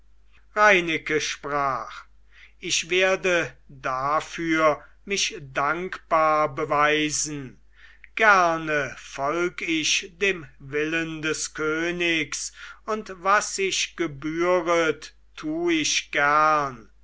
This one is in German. reineke sprach ich werde dafür mich dankbar beweisen gerne folg ich dem willen des königs und was sich gebühret tu ich gern